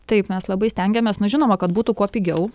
taip mes labai stengiamės nu žinoma kad būtų kuo pigiau